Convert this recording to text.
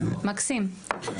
מקסים.